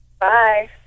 bye